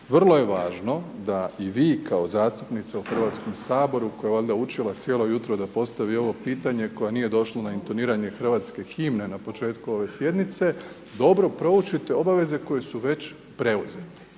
Vrlo je važno da i vi kao zastupnica u Hrvatskom saboru koja je valjda učila cijelo jutro da postavi ovo pitanje koja nije došla na intoniranje hrvatske himne n početku ove sjednice, dobro proučite obaveze koje su već preuzete.